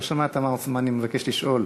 לא שמעת מה אני מבקש לשאול.